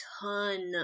ton